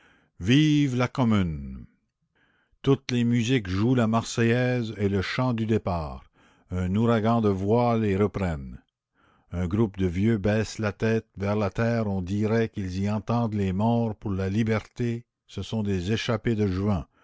vive la commune toutes les musiques jouent la marseillaise et le chant du départ un ouragan de voix les reprennent un groupe de vieux baissent la tête vers la terre on dirait qu'ils y entendent les morts pour la liberté ce sont des échappés de juin